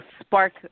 spark